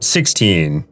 Sixteen